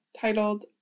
titled